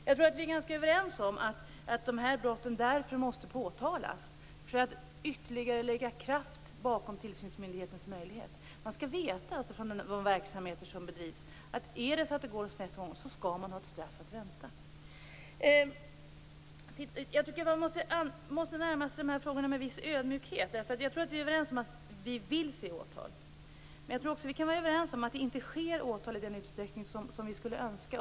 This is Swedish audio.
Jag tror att vi är ganska överens om att de här brotten därför måste påtalas, för att ytterligare lägga kraft bakom tillsynsmyndighetens möjlighet. Inom de verksamheter som bedrivs skall man veta att man har ett straff att vänta om det går snett. Man måste närma sig de här frågorna med viss ödmjukhet. Jag tror att vi är överens om att vi vill se åtal, men jag tror också att vi kan vara överens om att åtal inte sker i den utsträckning som vi skulle önska.